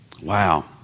Wow